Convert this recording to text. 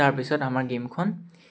তাৰপিছত আমাৰ গেইমখন